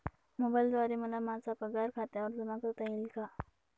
मोबाईलद्वारे मला माझा पगार खात्यावर जमा करता येईल का?